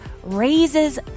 raises